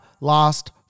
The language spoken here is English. last